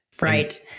Right